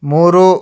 ಮೂರು